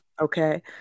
Okay